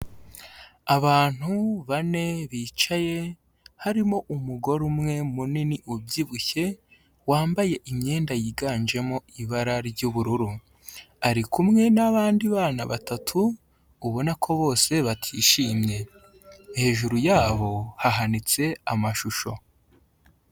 Abantu bane bicaye, harimo umugore umwe munini ubyibushye wambaye imyenda yiganjemo ibara ry'ubururu, ari kumwe n'abandi bana batatu ubona ko bose batishimye, hejuru yabo hahanitse amashusho.